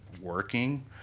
working